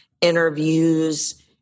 interviews